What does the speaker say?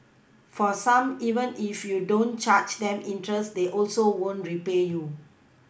for some even if you don't charge them interest they also won't repay you